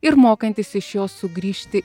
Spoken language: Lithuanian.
ir mokantys iš jos sugrįžti